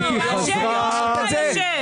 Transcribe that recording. קטי חזרה.